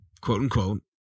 quote-unquote